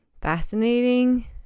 fascinating